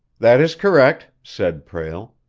that is correct said prale.